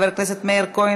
חבר הכנסת מאיר כהן,